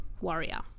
warrior